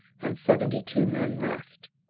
and seventy two men left.